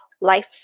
life